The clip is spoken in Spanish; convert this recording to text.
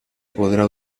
podrá